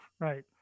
Right